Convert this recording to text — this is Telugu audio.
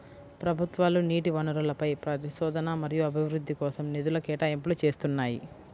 ప్రభుత్వాలు నీటి వనరులపై పరిశోధన మరియు అభివృద్ధి కోసం నిధుల కేటాయింపులు చేస్తున్నాయి